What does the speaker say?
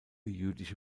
jüdische